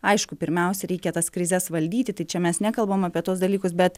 aišku pirmiausiai reikia tas krizes valdyti tai čia mes nekalbam apie tuos dalykus bet